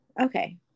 Okay